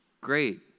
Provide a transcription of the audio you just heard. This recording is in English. great